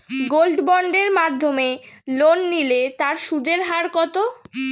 Gold বন্ডের মাধ্যমে loan নিলে তার সুদের হার কত?